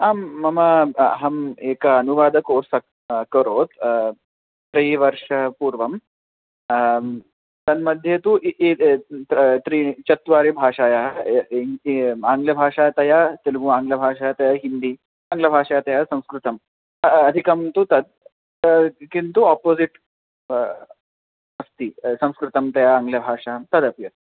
आं मम अहम् एका अनुवादकोर्स् अकरोत् त्रिवर्षपूर्वं तन्मध्ये तु त्रिस्रः चत्वारि भाषायाः आङ्ग्लभाषातः तेलुगु आङ्गलभाषातः हिन्न्दी आङ्गलभाषातः संस्कृतम् अधिकं तु तत् किन्तु आपोसिट् अस्ति संस्कृतं तया आङ्गलभाषां तदपि अस्ति